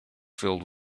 filled